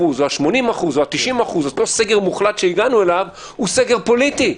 עשו פה חיבור שאין לו שום קשר הגיוני לדבר חקיקה.